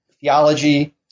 theology